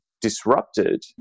disrupted